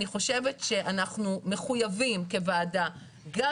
אני חושבת שאנחנו מחויבים כוועדה גם